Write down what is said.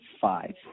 five